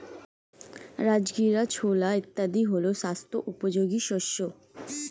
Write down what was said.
রাজগীরা, ছোলা ইত্যাদি হল স্বাস্থ্য উপযোগী শস্য